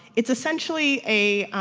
it's essentially a